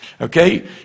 Okay